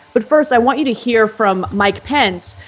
but first i want you to hear from mike pence,